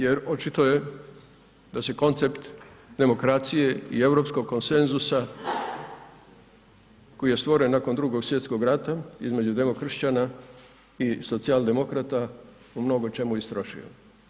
Jer očito je da se koncept demokracije i europskog konsenzusa koji je stvoren nakon Drugog svjetskog rata između domokršćana i socijaldemokrata u mnogo čemu istrošio.